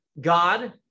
God